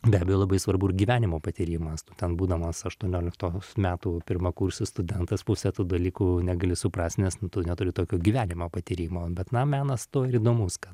be abejo labai svarbu ir gyvenimo patyrimas tu ten būdamas aštuonioliktos metų pirmakursis studentas pusę tų dalykų negali suprast nes tu neturi tokio gyvenimo patyrimo bet na menas tuo ir įdomus gal